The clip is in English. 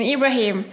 Ibrahim